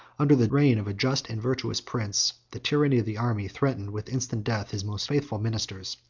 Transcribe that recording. under the reign of a just and virtuous prince, the tyranny of the army threatened with instant death his most faithful ministers,